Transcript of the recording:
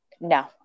no